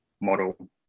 model